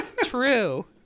True